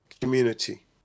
community